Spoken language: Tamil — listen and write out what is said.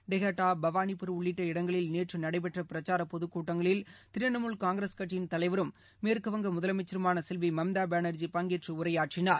டெகட்டா பவானிப்பூர் உள்ளிட்ட இடங்களில் நேற்றுநடைபெற்றபிரச்சாரபொதுக் கூட்டங்களில் திரிணமூல் காங்கிரஸ் கட்சியின் தலைவரும் மேற்குவங்க முதலமைச்சருமானசெல்விமம்தாபானர்ஜி பங்கேற்றுஉரையாற்றினார்